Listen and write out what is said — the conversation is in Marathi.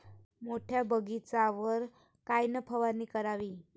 मोठ्या बगीचावर कायन फवारनी करावी?